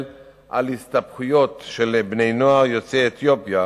על הסתבכויות של בני-נוער יוצאי אתיופיה